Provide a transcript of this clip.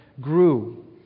grew